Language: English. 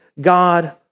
God